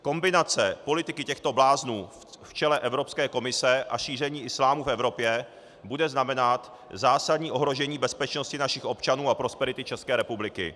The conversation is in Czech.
Kombinace politiky těchto bláznů v čele Evropské komise a šíření islámu v Evropě bude znamenat zásadní ohrožení bezpečnosti našich občanů a prosperity České republiky.